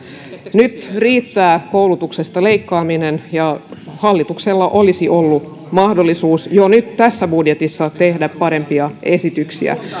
nyt riittää koulutuksesta leikkaaminen hallituksella olisi ollut mahdollisuus jo nyt tässä budjetissa tehdä parempia esityksiä